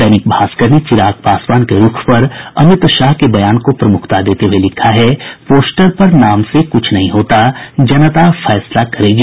दैनिक भास्कर ने चिराग पासवान के रूख पर अमित शाह के बयान को प्रमुखता देते हुए लिखा है पोस्टर पर नाम से कुछ नहीं होता जनता फैसला करेगी